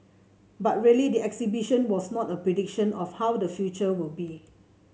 but really the exhibition was not a prediction of how the future will be